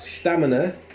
Stamina